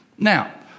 Now